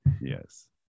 Yes